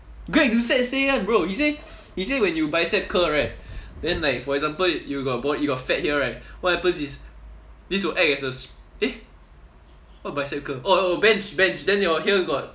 greg doucette say [one] bro he say he say when you bicep curl right then like for example you got bo~ you got fat here right what happens is this will act as a s~ eh what bicep curl oh oh bench bench then your here got